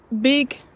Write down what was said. big